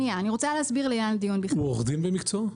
הוא עורך-דין במקצועו?